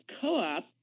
co-op